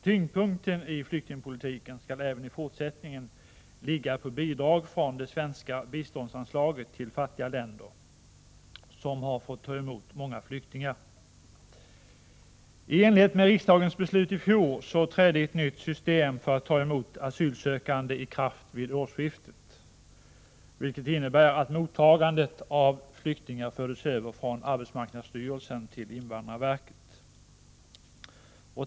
Tyngdpunkten i flyktingpolitiken skall även i fortsättningen ligga på bidrag från det svenska biståndsanslaget till fattiga länder som har fått ta emot många flyktingar. I enlighet med riksdagens beslut i fjol trädde ett nytt system för att ta emot asylsökande i kraft vid årsskiftet, vilket innebär att mottagandet av flyktingar fördes över från arbetsmarknadsstyrelsen till invandrarverket.